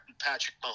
Patrick